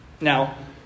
Now